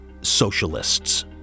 socialists